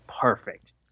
perfect